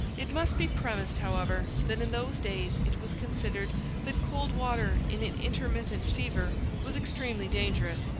it must be premised, however, that in those days it was considered that cold water in an intermittent fever was extremely dangerous,